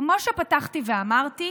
כמו שפתחתי ואמרתי,